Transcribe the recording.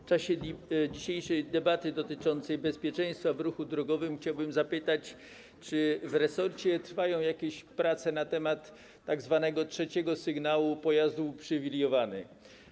W czasie dzisiejszej debaty dotyczącej bezpieczeństwa w ruchu drogowym chciałbym zapytać, czy w resorcie trwają jakieś prace na temat tzw. trzeciego sygnału dla pojazdów uprzywilejowanych.